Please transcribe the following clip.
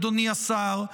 אדוני השר,